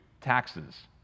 taxes